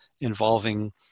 involving